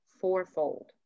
fourfold